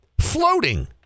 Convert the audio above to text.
floating